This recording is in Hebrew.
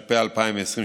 (הגבלת פעילות של מוסדות המקיימים פעילות חינוך),